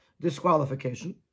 disqualification